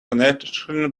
connection